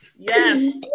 yes